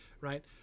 right